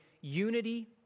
unity